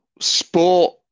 sport